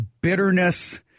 bitterness